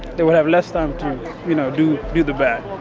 they have less time to you know do do the bad.